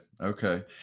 okay